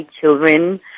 children